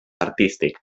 artístic